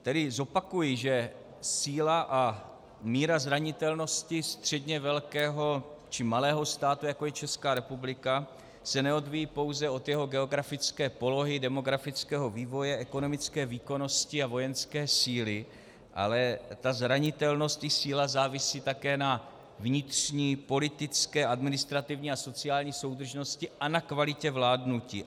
Tedy zopakuji, že síla a míra zranitelnosti středně velkého či malého státu, jako je Česká republika, se neodvíjí pouze od jeho geografické polohy, demografického vývoje, ekonomické výkonnosti a vojenské síly, ale zranitelnost i síla závisí také na vnitřní politické, administrativní a sociální soudržnosti a na kvalitě vládnutí.